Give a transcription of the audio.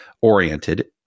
oriented